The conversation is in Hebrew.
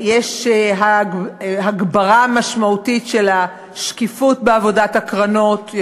יש הגברה משמעותית של השקיפות בעבודת הקרנות.